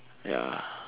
ya